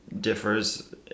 differs